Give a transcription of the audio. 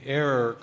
error